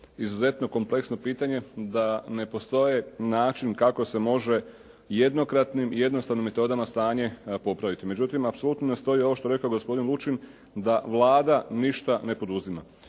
izuzetno kompleksno pitanje, da ne postoje načini kako se možemo jednokratnim i jednostavnim metodama stanje popraviti. Međutim, apsolutno ne stoji ovo što je rekao gospodin Lučin da Vlada ništa ne poduzima.